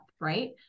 right